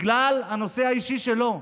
בגלל הנושא האישי שלו,